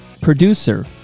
producer